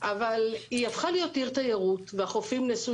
אבל היא הפכה להיות עיר תיירות והחופים נעשו